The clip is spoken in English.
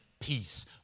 peace